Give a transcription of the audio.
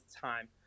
time